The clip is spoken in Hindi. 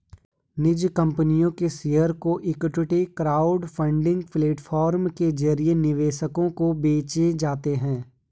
निजी कंपनियों के शेयर जो इक्विटी क्राउडफंडिंग प्लेटफॉर्म के जरिए निवेशकों को बेचे जाते हैं